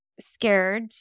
scared